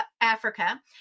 Africa